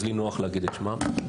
אז לי נוח להגיד את שמם.